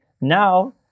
now